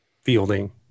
fielding